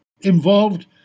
involved